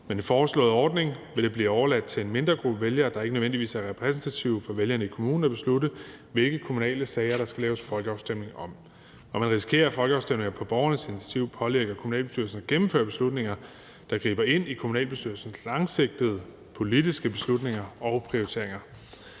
den foreslåede ordning vil det blive overladt til en mindre gruppe vælgere, der ikke nødvendigvis er repræsentative for vælgerne i kommunen, at beslutte, hvilke kommunale sager der skal laves folkeafstemning om, og man risikerer, at folkeafstemninger på borgernes initiativ pålægger kommunalbestyrelsen at gennemføre beslutninger, der griber ind i kommunalbestyrelsens langsigtede politiske beslutninger og prioriteringer.